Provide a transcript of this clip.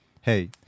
hey